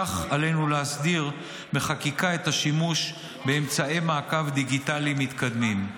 כך עלינו להסדיר בחקיקה את השימוש באמצעי מעקב דיגיטליים מתקדמים.